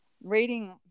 Reading